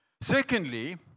Secondly